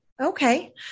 Okay